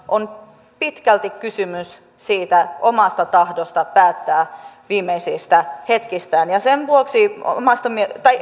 on pitkälti kysymys siitä omasta tahdosta päättää viimeisistä hetkistään ja sen vuoksi